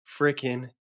freaking